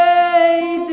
a